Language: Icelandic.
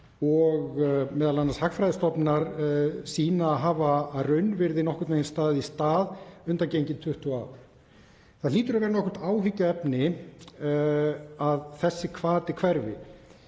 og Hagfræðistofnunar sýna að hafa að raunvirði nokkurn veginn staðið í stað undangengin 20 ár. Það hlýtur að vera nokkurt áhyggjuefni að þessi hvati hverfi.